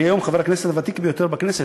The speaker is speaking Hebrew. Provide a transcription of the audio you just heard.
אני היום חבר הכנסת הוותיק ביותר בכנסת,